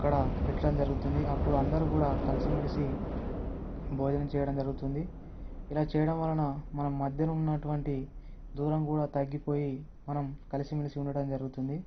అక్కడ పెట్టడం జరుగుతుంది అప్పుడు అందరు కూడా కలిసి మెలిసి భోజనం చేయడం జరుగుతుంది ఇలా చేయడం వలన మన మధ్యన ఉన్నటువంటి దూరం కూడా తగ్గిపోయి మనం కలిసి మెలసి ఉండటం జరుగుతుంది